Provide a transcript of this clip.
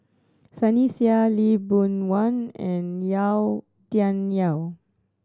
Sunny Sia Lee Boon Wang and Yau Tian Yau